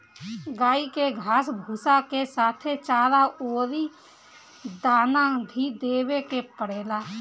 गाई के घास भूसा के साथे चारा अउरी दाना भी देवे के पड़ेला